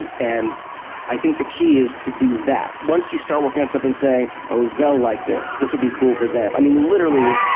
and and i think the key is to do that. once you start working on something saying, oh, they'll like this. this'll be cool for them. i mean, literally,